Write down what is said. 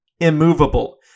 immovable